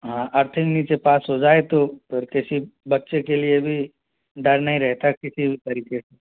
हाँ अर्थिंग नीचे पास हो जाए तो फिर किसी बच्चे के लिए भी डर नहीं रहता किसी भी तरीके से